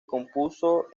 compuso